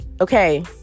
Okay